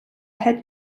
head